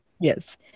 Yes